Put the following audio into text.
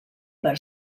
per